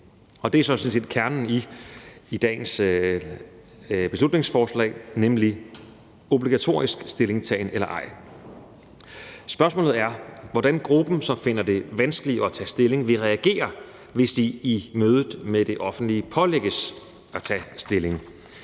set kernen i dagens beslutningsforslag, nemlig obligatorisk stillingtagen eller ej. Spørgsmålet er, hvordan gruppen, som finder det vanskeligt at tage stilling, vil reagere, hvis de i mødet med det offentlige pålægges at tage stilling,